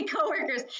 coworkers